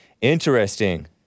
Interesting